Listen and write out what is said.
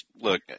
look